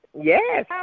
Yes